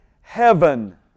heaven